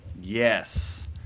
Yes